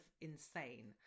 insane